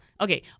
okay